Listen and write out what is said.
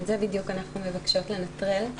את זה בדיוק אנחנו מבקשות לנטרל.